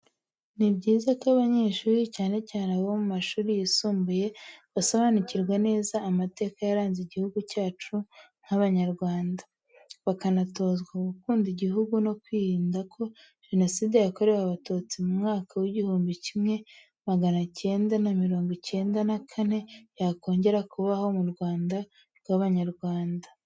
Ni byiza ko abanyeshuri, cyane cyane abo mu mashuri yisumbuye, basobanurirwa neza amateka yaranze igihugu cyacu nk’Abanyarwanda, bakanatozwa gukunda igihugu no kwirinda ko Jenoside yakorewe Abatutsi mu mwaka w’ igihumbi kimwe magana cyenda na mirongo icyenda na kane yakongera kubaho mu Rwanda rw’Abanyarwanda.